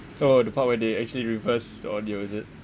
oh the part where they actually reversed audio is it